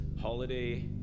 holiday